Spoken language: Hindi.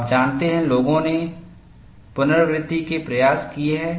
आप जानते हैं लोगों ने पुनरावृति के प्रयास किए हैं